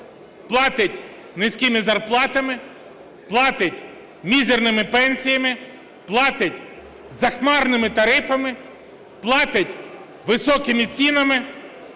платить низькими зарплатами, платить мізерними пенсіями, платить захмарними тарифами, платить високими цінами.